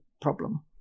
problem